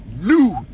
New